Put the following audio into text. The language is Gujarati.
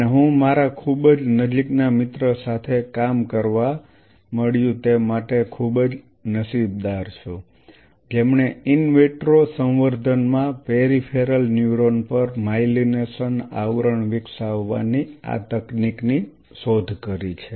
અને હું મારા ખૂબ જ નજીકના મિત્ર સાથે કામ કરવા મળ્યું તે માટે ખૂબ જ નસીબદાર છું જેમણે ઇન વિટ્રો સંવર્ધન માં પેરિફેરલ ન્યુરોન પર માયલિનેશન આવરણ વિકસાવવાની આ તકનીકની શોધ કરી છે